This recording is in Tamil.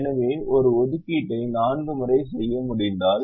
எனவே ஒரு ஒதுக்கீட்டை நான்கு முறை செய்ய முடிந்தால்